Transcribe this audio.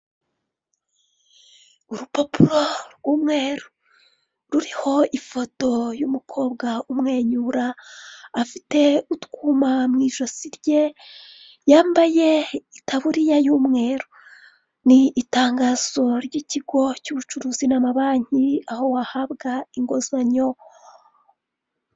Urupapuro rw'umweru ruriho ifoto y'umukobwa umwenyura afite utwuma mu ijosi rye yambaye itaburiya y'umweru ni itangazo ry'ikigo cy'ubucuruzi n'amabanki aho wahabwa inguzanyo.